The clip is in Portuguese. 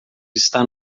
está